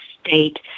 state